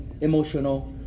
emotional